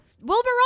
Wilbur